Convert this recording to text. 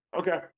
Okay